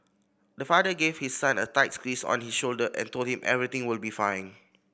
the father gave his son a tight squeeze on his shoulder and told him everything will be fine